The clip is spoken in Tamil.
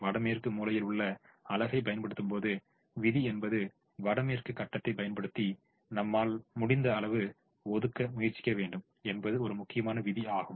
வடமேற்கு மூலையில் உள்ள அலகை பயன்படுத்தும் விதி என்பது வடமேற்கு கட்டத்தை பயன்படுத்தி நம்மாளால் முடிந்த அளவு ஒதுக்க முயற்சிக்க வேண்டும் என்பது ஒரு முக்கியமான விதி ஆகும்